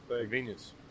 Convenience